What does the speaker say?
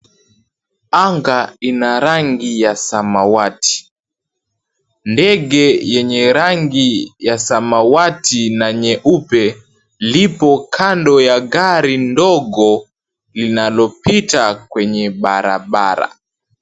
Anga ina rangi ya samawati. Ndege yenye rangi ya samawati na nyeupe lipo kando ya gari ndogo linalopita kwenye barabara.